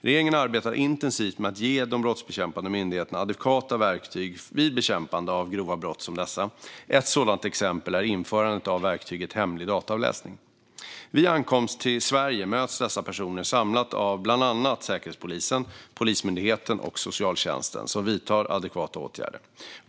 Regeringen arbetar intensivt med att ge brottsbekämpande myndigheter adekvata verktyg vid bekämpningen av grova brott som dessa. Ett sådant exempel är införandet av verktyget hemlig dataavläsning. Vid ankomst till Sverige möts dessa personer samlat av bland annat Säkerhetspolisen, Polismyndigheten och socialtjänsten, som vidtar adekvata åtgärder.